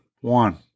one